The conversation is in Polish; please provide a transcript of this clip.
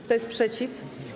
Kto jest przeciw?